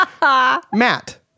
Matt